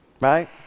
Right